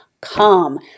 come